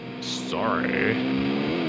Sorry